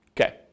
Okay